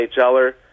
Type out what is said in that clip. NHLer